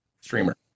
streamer